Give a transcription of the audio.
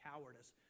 cowardice